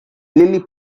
lilly